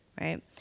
Right